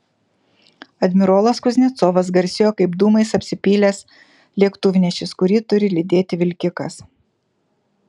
admirolas kuznecovas garsėjo kaip dūmais apsipylęs lėktuvnešis kurį turi lydėti vilkikas